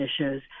issues